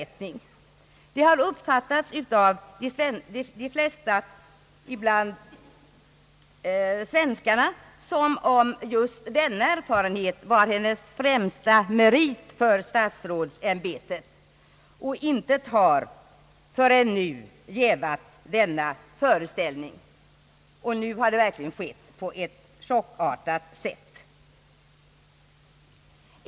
Det har förmodligen uppfattats av de flesta här i landet som om just denna erfarenhet var hennes främsta merit för statsrådsämbetet, och intet har förut jävat denna föreställning. Men nu har det verkligen skett på ett chockartat sätt.